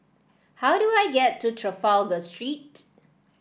how do I get to Trafalgar Street